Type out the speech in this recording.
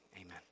amen